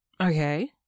Okay